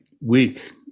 week